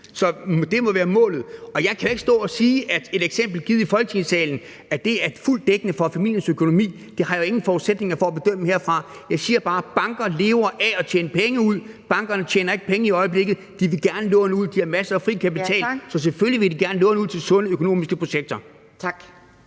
Så det må være målet. Jeg kan jo ikke stå og sige, at et eksempel givet i Folketingssalen er fuldt ud dækkende for familiens økonomi – det har jeg jo ingen forudsætninger for at bedømme herfra. Jeg siger bare: Banker lever af at låne penge ud. Bankerne tjener ikke penge i øjeblikket, de vil gerne låne ud, de har masser af fri kapital, så selvfølgelig vil de gerne låne ud til sunde økonomiske projekter. Kl.